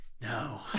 no